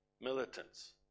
militants